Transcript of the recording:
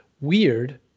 weird